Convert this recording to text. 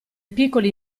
piccoli